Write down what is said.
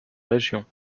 régions